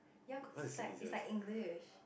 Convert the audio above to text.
ya cause it's like it's like English